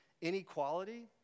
inequality